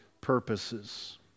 purposes